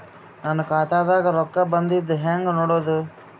ನನ್ನ ಖಾತಾದಾಗ ರೊಕ್ಕ ಬಂದಿದ್ದ ಹೆಂಗ್ ನೋಡದು?